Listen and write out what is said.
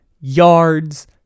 yards